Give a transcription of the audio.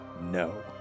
no